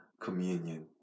communion